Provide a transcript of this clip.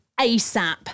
ASAP